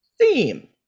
theme